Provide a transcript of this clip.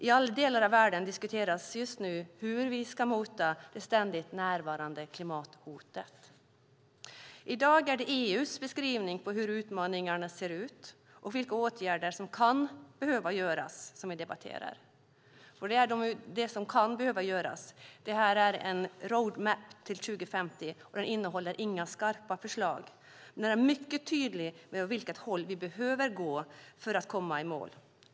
I alla delar av världen diskuteras just nu hur vi ska mota det ständigt närvarande klimathotet. I dag är det EU:s beskrivning av hur utmaningarna ser ut och vilka åtgärder som kan behöva vidtas som vi debatterar. Det är det som kan behöva göras. Detta är en roadmap till 2050, och den innehåller inga skarpa förslag. Men den är mycket tydlig när det gäller vilket håll som vi behöver gå för att komma i mål.